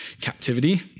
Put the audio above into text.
captivity